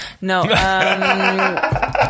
No